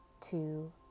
two